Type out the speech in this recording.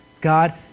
God